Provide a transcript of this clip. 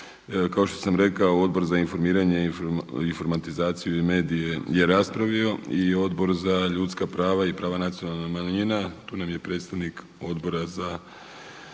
Kao što sam rekao Odbor za informiranje, informatizaciju i medije je raspravio i Odbor za ljudska prava i prava nacionalnih manjina. Tu nam je predstavnik Odbora za